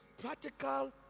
practical